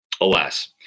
alas